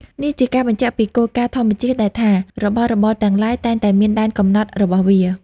នេះជាការបញ្ជាក់ពីគោលការណ៍ធម្មជាតិដែលថារបស់របរទាំងឡាយតែងតែមានដែនកំណត់របស់វា។